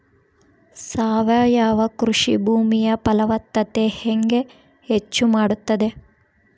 ಸಾವಯವ ಕೃಷಿ ಭೂಮಿಯ ಫಲವತ್ತತೆ ಹೆಂಗೆ ಹೆಚ್ಚು ಮಾಡುತ್ತದೆ?